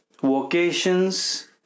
vocations